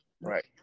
Right